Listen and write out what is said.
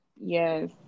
Yes